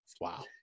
Wow